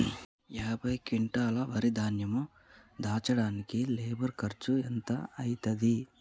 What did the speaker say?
యాభై క్వింటాల్ వరి ధాన్యము దించడానికి లేబర్ ఖర్చు ఎంత అయితది?